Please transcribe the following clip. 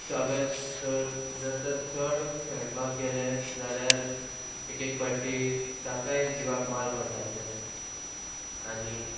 सगळे चड जर तर चड खेळपाक गेले जाल्यार एक एक पाटी तांकांय जिवाक माल पडटा ते आनी